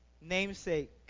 namesake